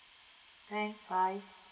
thanks bye